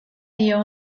dio